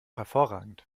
hervorragend